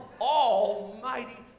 almighty